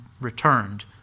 returned